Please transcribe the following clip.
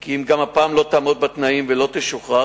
כי אם גם הפעם היא לא תעמוד בתנאים ולא תשוחרר,